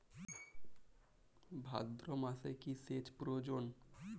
ভাদ্রমাসে কি সেচ প্রয়োজন?